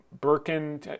Birkin